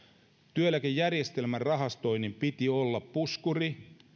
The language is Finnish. työeläkejärjestelmän rahastoinnin piti olla puskuri